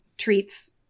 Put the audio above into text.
Treats